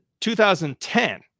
2010